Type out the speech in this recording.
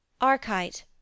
Archite